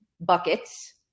buckets